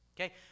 okay